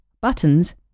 buttons